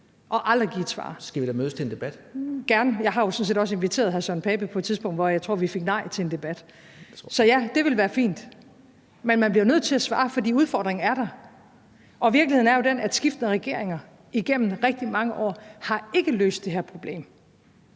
Poulsen (KF): Så skal vi da mødes til en debat). Gerne, jeg har jo sådan set også inviteret hr. Søren Pape Poulsen på et tidspunkt, hvor jeg tror vi fik nej til en debat. Så ja, det vil være fint. Men man bliver nødt til at svare, for udfordringen er der. Og virkeligheden er jo den, at skiftende regeringer igennem rigtig mange år ikke har løst det her problem.